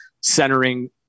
centering